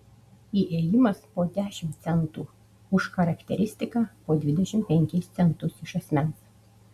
įėjimas po dešimt centų už charakteristiką po dvidešimt penkis centus iš asmens